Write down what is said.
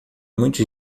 muito